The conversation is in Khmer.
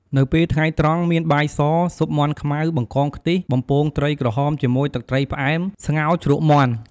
នៅពេលថ្ងៃត្រង់ មានបាយស ស៊ុបមាន់ខ្មៅ បង្កងខ្ទិះ បំពងត្រីក្រហមជាមួយទឹកត្រីផ្អែម ស្ងោរជ្រក់មាន់។